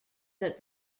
that